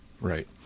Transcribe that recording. Right